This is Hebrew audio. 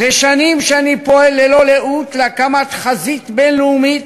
זה שנים שאני פועל ללא לאות להקמת חזית בין-לאומית